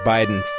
Biden